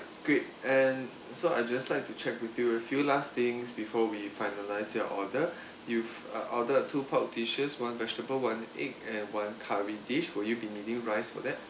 great and so I'd just like to check with you a few last things before we finalise your order you've uh ordered two pork dishes one vegetable one egg and one curry dish will you be needing rice for that